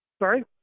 sorry